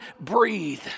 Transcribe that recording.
breathe